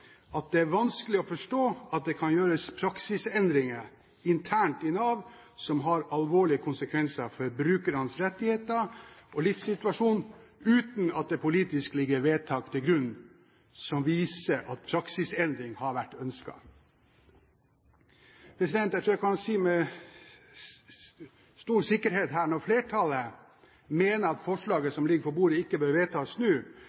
at det er «vanskelig å forstå at det kan gjøres praksisendringer internt i Nav som har alvorlige konsekvenser for brukernes rettigheter og livssituasjon, uten at det politisk ligger vedtak til grunn som viser at praksisendring har vært ønsket». Jeg tror jeg kan si med stor sikkerhet at når flertallet mener at forslaget